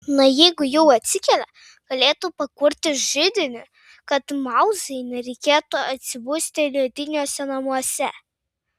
na jeigu jau atsikėlė galėtų pakurti židinį kad mauzai nereikėtų atsibusti lediniuose namuose